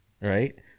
Right